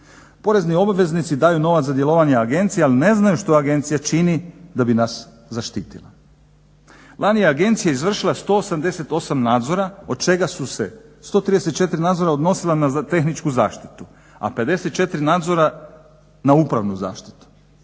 Porezni obveznici daju novac za djelovanja agencija, ali ne znaju šta agencija čini da bi nas zaštitila. Lani je agencija izvršila 188 nadzora, od čega su se 134 nadzora odnosila na za tehničku zaštitu, a 54 nadzora na upravnu zaštitu.